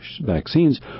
vaccines